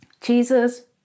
Jesus